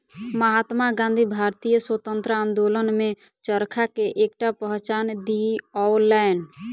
महात्मा गाँधी भारतीय स्वतंत्रता आंदोलन में चरखा के एकटा पहचान दियौलैन